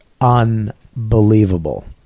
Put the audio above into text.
unbelievable